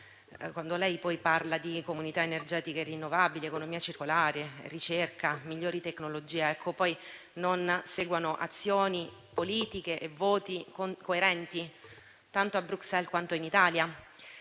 quando lei parla di comunità energetiche rinnovabili, di economia circolare, di ricerca e di migliori tecnologie, poi non seguano azioni politiche e voti coerenti, tanto a Bruxelles, quanto in Italia